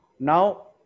Now